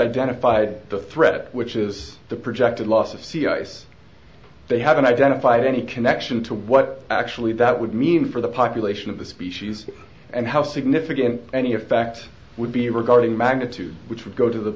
identified the threat which is the projected loss of sea ice they haven't identified any connection to what actually that would mean for the population of the species and how significant any effect would be regarding magnitude which would go to the